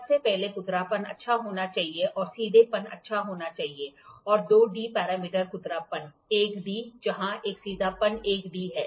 सबसे पहले खुरदरापन अच्छा होना चाहिए और सीधेपन अच्छा होना चाहिए और 2 डी पैरामीटर खुरदरापन 1 डी जहां एक सीधापन 1 डी है